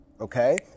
Okay